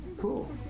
Cool